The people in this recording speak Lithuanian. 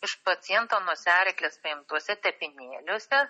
iš paciento nosiaryklės paimtuose tepinėliuose